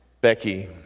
Becky